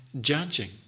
judging